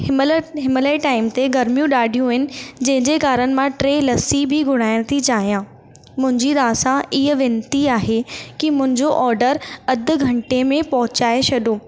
हिनमहिल हिनमहिल जे टाइम ते गर्मियूं ॾाढियूं आहिनि जंहिंजे कारण मां टे लसी बि घुराइण थी चाहियां मुंहिंजी तव्हां सां इहा वेनती आहे की मुंहिंजो ऑडर अधु घंटे में पहुचाए छॾियो